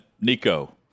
Nico